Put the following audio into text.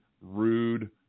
rude